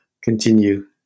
continue